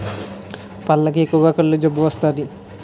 పళ్లకు ఎక్కువగా కుళ్ళు జబ్బు వస్తాది